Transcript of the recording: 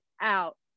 out